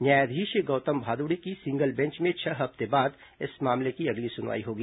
न्यायाधीश गौतम भादुड़ी की single bench में छह हफ्ते के बाद इस मामले की अगली सुनवाई होगी